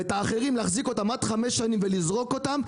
ואת האחרים להחזיק עד חמש שנים ולזרוק אותם,